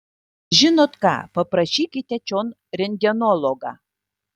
žinot ką paprašykite čion rentgenologą